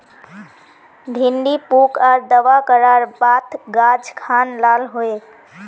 भिन्डी पुक आर दावा करार बात गाज खान लाल होए?